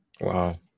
Wow